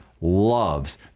loves